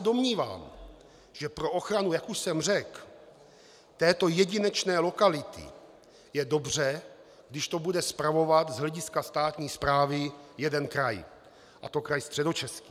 Domnívám se, že pro ochranu, jak už jsem řekl, této jedinečné lokality je dobře, když to bude spravovat z hlediska státní správy jeden kraj, a to kraj Středočeský.